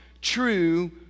true